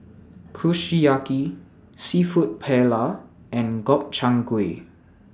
Kushiyaki Seafood Paella and Gobchang Gui